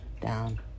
down